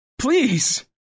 Please